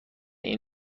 این